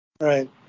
right